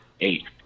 eight